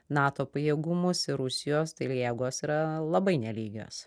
nato pajėgumus ir rusijos tai jėgos yra labai nelygios